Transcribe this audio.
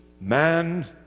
man